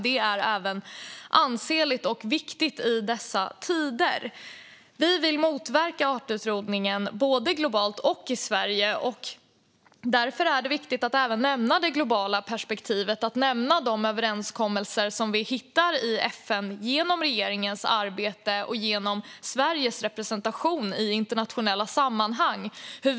Det är ansenligt och viktigt i dessa tider. Vi vill motverka artutrotningen både globalt och i Sverige. Därför är det viktigt att nämna även det globala perspektivet och de överenskommelser som vi hittar i FN genom regeringens arbete och genom Sveriges representation i internationella sammanhang.